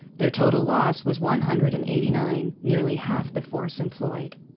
their total loss was one hundred and eighty-nine, nearly half the force employed.